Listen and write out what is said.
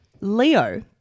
Leo